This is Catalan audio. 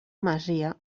masia